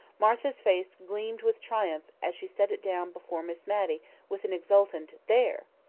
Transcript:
martha's face gleamed with triumph as she set it down before miss matty with an exultant there!